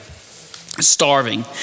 starving